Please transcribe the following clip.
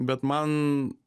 bet man